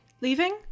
leaving